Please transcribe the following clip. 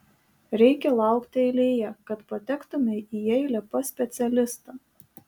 reikia laukti eilėje kad patektumei į eilę pas specialistą